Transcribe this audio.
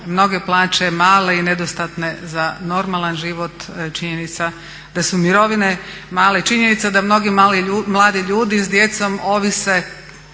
mnoge plaće male i nedostatne za normalan život, činjenica da su mirovine male, činjenica da mnogi mladi ljudi s djecom ovise